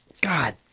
God